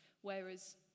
Whereas